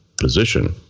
position